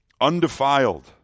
undefiled